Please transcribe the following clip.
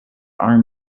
are